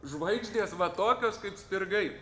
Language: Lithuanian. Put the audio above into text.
žvaigždės va tokios kaip spirgai